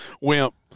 Wimp